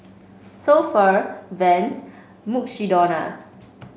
So Pho Vans and Mukshidonna